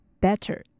better